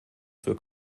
für